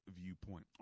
viewpoint